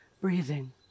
Breathing